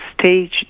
stage